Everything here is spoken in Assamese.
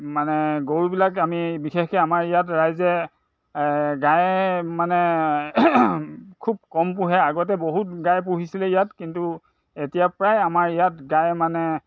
মানে গৰুবিলাক আমি বিশেষকে আমাৰ ইয়াত ৰাইজে গায়ে মানে খুব কম পোহে আগতে বহুত গাই পুহিছিলে ইয়াত কিন্তু এতিয়া প্ৰায় আমাৰ ইয়াত গাই মানে